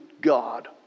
God